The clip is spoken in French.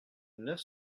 neuf